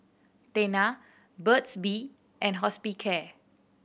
Tena Burt's Bee and Hospicare